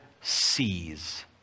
sees